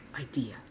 idea